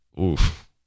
Oof